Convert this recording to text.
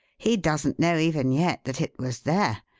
he doesn't know even yet that it was there,